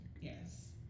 yes